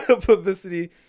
publicity